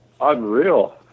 unreal